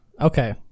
Okay